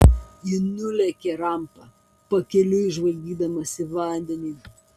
ji nulėkė rampa pakeliui žvalgydamasi į vandenį